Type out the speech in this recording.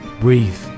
Breathe